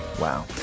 Wow